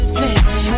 baby